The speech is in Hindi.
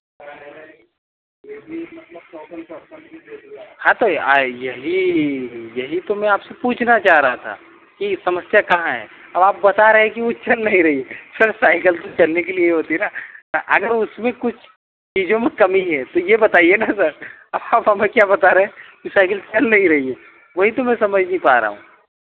हाँ तो आई यही यही तो में आपसे पूछना चाह रहा था की समस्या काहाँ है अब आप बता रहे की वह चल नहीं रही है सर साइकल तो चलने के लिए होती है ना आगर उसमें कुछ चीज़ों में कमी है तो यह बताइए ना सर आप हमें क्या बता रहे हैं कि साइकिल चल नहीं रही है वही तो में समझ नहीं पा रहा हूँ